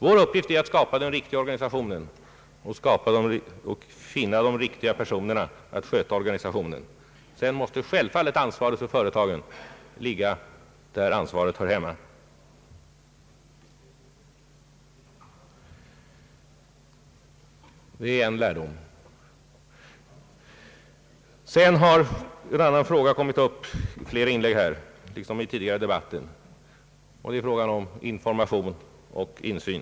Vår uppgift är att skapa den riktiga organisationen och att finna de lämpliga personerna att sköta organisationen — sedan måste självfallet ansvaret för företagen ligga där ansvaret hör hemma. Vidare har en annan fråga tagits upp i flera inlägg i denna debatt liksom i den tidigare debatten, och det är frågan om information och insyn.